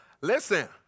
Listen